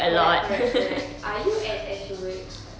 correct correct correct are you an extrovert